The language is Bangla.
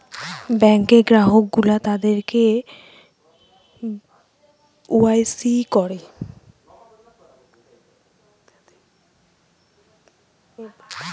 ব্যাঙ্কে গ্রাহক গুলো তাদের কে ওয়াই সি করে